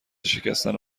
شکستن